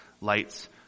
lights